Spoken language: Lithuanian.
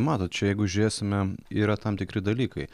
matot čia jeigu žiūrėsime yra tam tikri dalykai